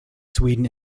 sweden